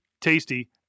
tasty